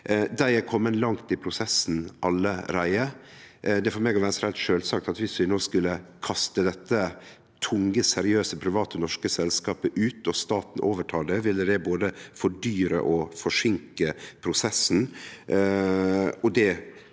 Dei er komne langt i prosessen allereie. Det er for meg og Venstre heilt sjølvsagt at viss vi no skulle kaste dette tunge, seriøse private norske selskapet ut og staten skulle overta, ville det både fordyre og forseinke prosessen.